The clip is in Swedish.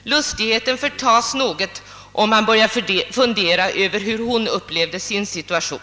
Men lustigheten förtas något, om man börjar fundera över hur hustrun upplevde sin situation.